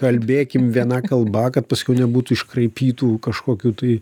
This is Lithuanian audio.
kalbėkim viena kalba kad paskiau nebūtų iškraipytų kažkokių tai